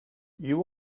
you